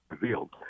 revealed